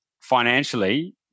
financially